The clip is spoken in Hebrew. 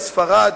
ספרד,